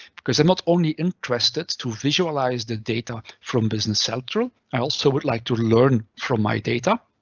because they're not only interested to visualize the data from business central, i also would like to learn from my data.